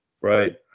right